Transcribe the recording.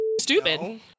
stupid